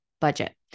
budget